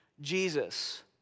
Jesus